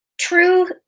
true